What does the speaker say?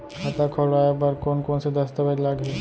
खाता खोलवाय बर कोन कोन से दस्तावेज लागही?